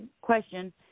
question